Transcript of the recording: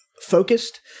focused